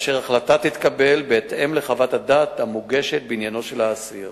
וההחלטה תתקבל בהתאם לחוות הדעת המוגשות בעניינו של האסיר.